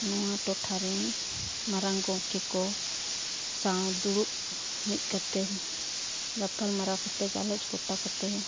ᱱᱚᱣᱟ ᱴᱚᱴᱷᱟ ᱨᱮᱱ ᱢᱟᱨᱟᱝ ᱜᱚᱢᱠᱮ ᱠᱚ ᱥᱟᱶ ᱫᱩᱲᱩᱵ ᱢᱤᱫ ᱠᱟᱛᱮᱫ ᱜᱟᱯᱟᱞᱼᱢᱟᱨᱟᱣ ᱠᱟᱛᱮᱫ ᱜᱟᱞᱚᱪ ᱜᱚᱴᱟ ᱠᱟᱛᱮᱫ